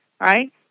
Right